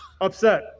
Upset